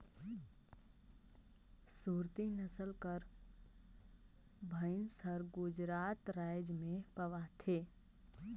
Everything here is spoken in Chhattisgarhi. सुरती नसल कर भंइस हर गुजरात राएज में पवाथे